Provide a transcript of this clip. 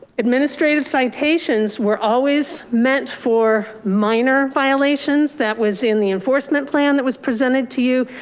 administrative citations were always meant for minor violations that was in the enforcement plan that was presented to you.